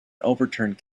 overturned